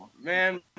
Man